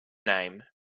name